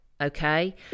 okay